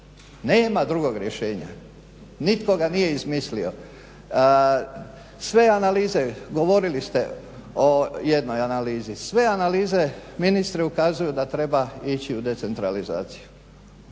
Nema drugog rješenja. Nitko ga nije izmislio. Sve analize, govori ste o jednoj analizi. Sve analize ministre ukazuju da treba ići u decentralizaciju